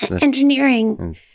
Engineering